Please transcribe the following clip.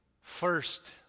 first